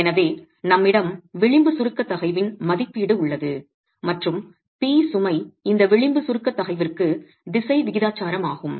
எனவே நம்மிடம் விளிம்பு சுருக்கத் தகைவின் மதிப்பீடு உள்ளது மற்றும் P சுமை இந்த விளிம்பு சுருக்கத் தகைவிற்கு திசை விகிதாசாரமாகும்